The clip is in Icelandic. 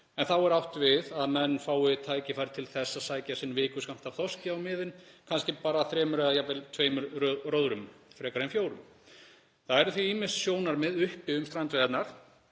Þá er átt við að menn fái tækifæri til þess að sækja sinn vikuskammt af þorski á miðin, kannski bara í þremur eða jafnvel tveimur róðrum, frekar en fjórum. Það eru ýmis sjónarmið uppi um strandveiðarnar,